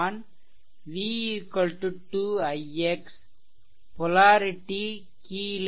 v 2 ix polarity கீழே